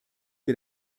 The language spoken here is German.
wir